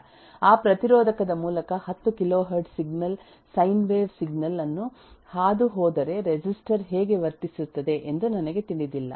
ಆ ಪ್ರತಿರೋಧಕದ ಮೂಲಕ 10 kilohertz signal sine wave signal ಅನ್ನು ಹಾದು ಹೋದರೆ ರೆಸಿಸ್ಟರ್ ಹೇಗೆ ವರ್ತಿಸುತ್ತದೆ ಎಂದು ನನಗೆ ತಿಳಿದಿಲ್ಲ